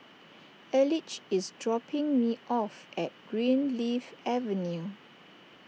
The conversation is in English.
Elige is dropping me off at Greenleaf Avenue